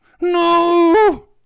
No